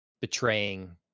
betraying